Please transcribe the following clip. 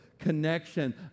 connection